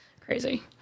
crazy